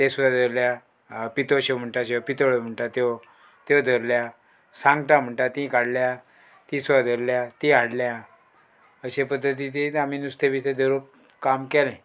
तें सुद्दां धरल्या पितोश्यो म्हणटा अश्यो पितळ्यो म्हणटा त्यो त्यो धरल्या सांगटां म्हणटा तीं काडल्या तीं सुद्दां धरल्या तीं हाडल्या अशे पद्दतीन आमी नुस्तें भितर धरूंक काम केलें